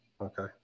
Okay